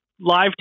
live